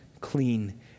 clean